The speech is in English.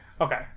Okay